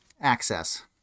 access